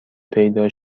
پیدا